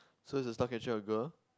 so is the star cather a girl